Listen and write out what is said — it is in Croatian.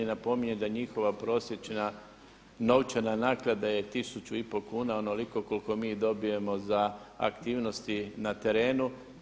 Napominjem da njihova prosječna novčana naknada je 1500kn, onoliko koliko mi dobijemo za aktivnosti na terenu.